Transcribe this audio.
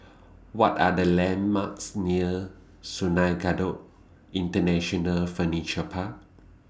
What Are The landmarks near Sungei Kadut International Furniture Park